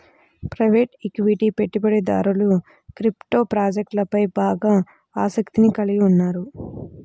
private equity పెట్టుబడిదారులు crypto ప్రాజెక్ట్లపై బాగా ఆసక్తిని కలిగి ఉన్నారు